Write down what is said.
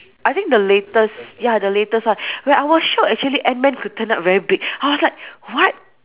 I think the latest ya the latest one when I was shocked actually ant man could turn up very big I was like what